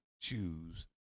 Choose